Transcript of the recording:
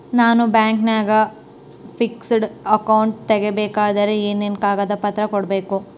ನಾನು ಬ್ಯಾಂಕಿನಾಗ fixed account ತೆರಿಬೇಕಾದರೆ ಏನೇನು ಕಾಗದ ಪತ್ರ ಕೊಡ್ಬೇಕು?